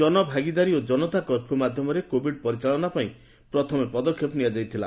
ଜନଭାଗିଦାରୀ ଓ ଜନତା କର୍ଫ୍ୟୁ ମାଧ୍ୟମରେ କୋଭିଡ୍ ପରିଚାଳନା ପାଇଁ ପଦକ୍ଷେପ ନିଆଯାଇଥିଲା